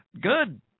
good